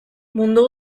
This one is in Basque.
mundu